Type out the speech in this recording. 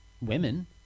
women